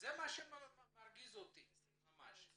וזה מה שמרגיז אותי ממש.